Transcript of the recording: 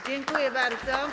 Dziękuję bardzo.